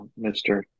Mr